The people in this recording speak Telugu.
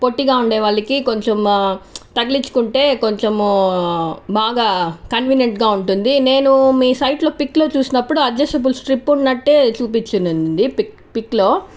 పొట్టిగా ఉండే వాళ్లకి కొంచెం తగిలిచ్చుకుంటే కొంచెం బాగా కన్వీనెంట్ గా ఉంటుంది నేను మీ సైట్ లో పిక్ లో చూసినప్పుడు అడ్జస్ట్బుల్ స్ట్రిప్ ఉన్నట్టే చూపిచ్చిందండి పిక్ లో